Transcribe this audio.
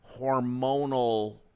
hormonal